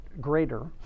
greater